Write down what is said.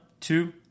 two